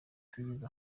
atigeze